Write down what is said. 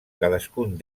cadascun